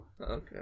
Okay